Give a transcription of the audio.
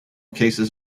cases